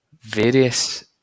various